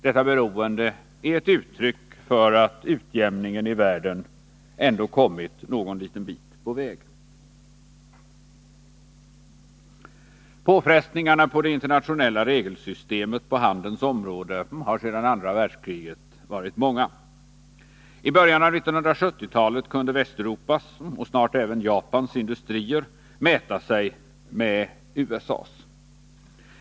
Detta beroende är ett uttryck för att utjämningen i världen ändå kommit någon liten bit på väg. Påfrestningarna på det internationella regelsystemet på handelns område har sedan andra världskriget varit många. I början av 1970-talet kunde Västeuropas och snart även Japans industrier mäta sig med USA:s.